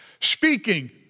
speaking